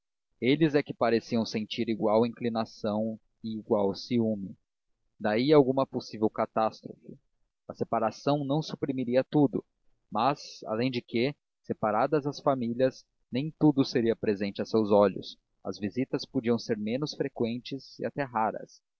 eles é que pareciam sentir igual inclinação e igual ciúme daí alguma possível catástrofe a separação não suprimiria tudo mas além de quê separadas as famílias nem tudo seria presente a seus olhos as visitas podiam ser menos frequentes e até raras